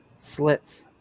slits